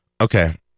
okay